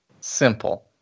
Simple